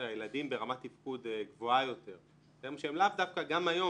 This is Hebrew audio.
ילדים ברמת תפקוד גבוהה יותר שהם לאו דווקא גם היום